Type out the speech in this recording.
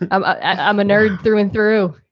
and i'm i'm a nerd through and through.